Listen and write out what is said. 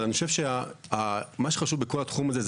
אבל אני חושב שמה שחשוב בכל התחום הזה,